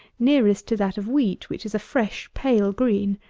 nearest to that of wheat, which is a fresh pale green.